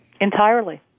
Entirely